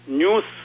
news